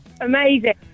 Amazing